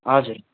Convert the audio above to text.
हजुर